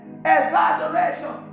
exaggeration